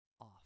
off